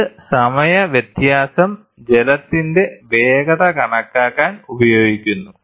ഈ സമയ വ്യത്യാസം ജലത്തിന്റെ വേഗത കണക്കാക്കാൻ ഉപയോഗിക്കുന്നു